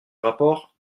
rapport